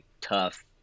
tough